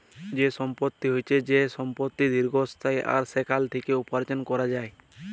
যে সম্পত্তি হচ্যে যে সম্পত্তি দীর্ঘস্থায়ী আর সেখাল থেক্যে উপার্জন ক্যরা যায়